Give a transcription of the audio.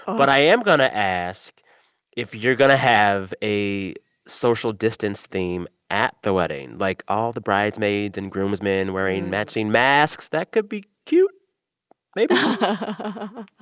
but i am going to ask if you're going to have a social distance theme at the wedding, like all the bridesmaids and groomsmen wearing matching masks. masks. that could be cute maybe but